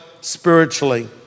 spiritually